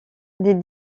des